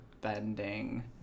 bending